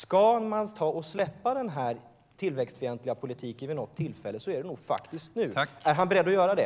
Om den tillväxtfientliga politiken ska släppas vid något tillfälle är det faktiskt nu. Är statsrådet beredd att göra det?